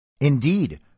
Indeed